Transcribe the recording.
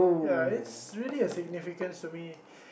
ya it's really a significance to me